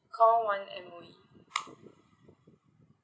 call one M_O_E